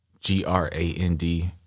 G-R-A-N-D